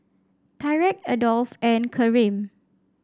Tyrek Adolph and Karim